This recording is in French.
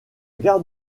gare